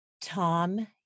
Tom